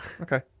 okay